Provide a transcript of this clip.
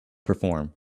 perform